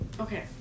Okay